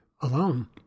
alone